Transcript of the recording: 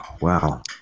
wow